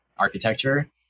Architecture